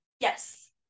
yes